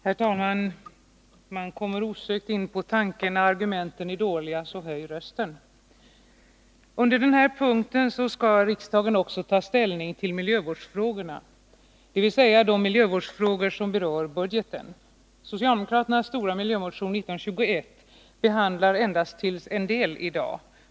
Herr talman! Jag kommer osökt in på tanken, att när argumenten är dåliga höjer man rösten. Under denna punkt skall riksdagen också ta ställning till miljövårdsfrågorna, dvs. de miljövårdsfrågor som berör budgeten. Socialdemokraternas 63 stora miljömotion 1921 behandlas endast till en del i dag.